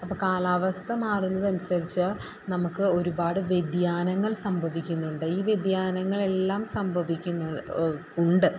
അപ്പം കാലാവസ്ഥ മാറുന്നത് അനുസരിച്ച് നമുക്ക് ഒരുപാട് വ്യതിയാനങ്ങൾ സംഭവിക്കുന്നുണ്ട് ഈ വ്യതിയാനങ്ങളെല്ലാം സംഭവിക്കുന്നത് ഉണ്ട്